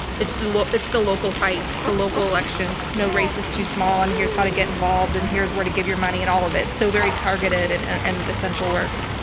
it's the it's the local fights. it's the local elections. no race is too small, and here's how to get involved, and here's where to give your money, and all of it. so very targeted and and essential work.